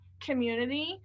community